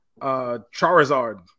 charizard